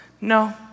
no